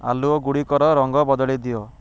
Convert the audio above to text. ଆଲୁଅ ଗୁଡ଼ିକର ରଙ୍ଗ ବଦଳି ଦିଅ